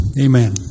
Amen